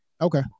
Okay